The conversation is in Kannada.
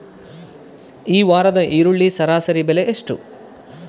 ಈ ವಾರದ ಈರುಳ್ಳಿ ಸರಾಸರಿ ಬೆಲೆ ಎಷ್ಟು?